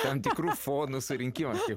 tam tikrų fonų surinkimą